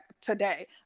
today